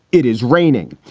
it is raining.